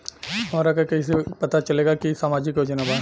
हमरा के कइसे पता चलेगा की इ सामाजिक योजना बा?